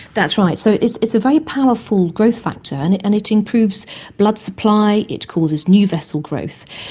that's right, so it's it's a very powerful growth factor, and it and it improves blood supply, it causes new vessel growth.